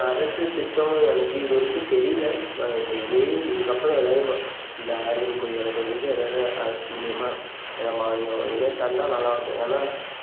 அரசு திட்டம் எனக்கு இது வரைக்கும் தெரியல நான் இது மாரி இதுக்கப்புறம் ஏதாவது இந்த ஆர்கானிக் கோழி வளர்க்கறதுக்கு ஏதாவது அரசு மூலயமா எதாவது மானியம் இது மாரி தந்தால் நல்லா இருக்கும் ஏன்னா